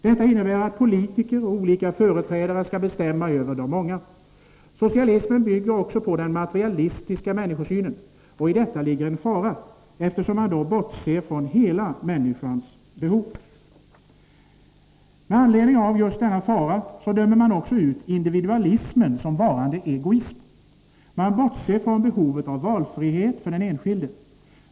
Detta innebär att politiker och olika företrädare skall bestämma över de många. Socialismen bygger också på den Nr 11 materialistiska människosynen, och i detta ligger en fara, eftersom man då Torsdagen den bortser från hela människans behov. 20 oktober 1983 Med anledning av just denna fara dömer man också ut individualismen såsom varande egoism. Man bortser från behovet av valfrihet för den enskilde.